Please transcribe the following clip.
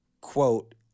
quote